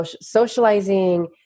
socializing